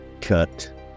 Cut